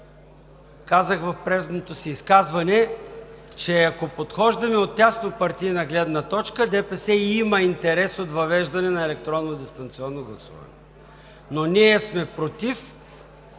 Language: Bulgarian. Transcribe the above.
Казах в предното си изказване, че ако подхождаме от тясно партийна гледна точка, ДПС има интерес от въвеждане на електронно дистанционно гласуване. Но ние сме „против“,